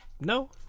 No